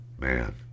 man